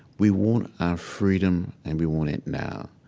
we want our freedom, and we want it now.